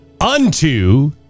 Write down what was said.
Unto